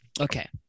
Okay